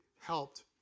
helped